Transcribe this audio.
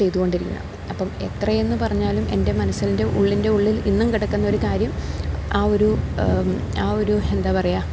ചെയ്തു കൊണ്ടിരിക്കുന്നത് അപ്പം എത്ര എന്ന് പറഞ്ഞാലും എൻ്റെ മനസ്സിൻ്റെ ഉള്ളിൻ്റെ ഉള്ളിൽ ഇന്നും കിടക്കുന്ന ഒരു കാര്യം ആ ഒരു ആ ഒരു എന്താ പറയാ